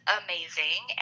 amazing